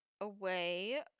away